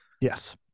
Yes